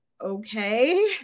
okay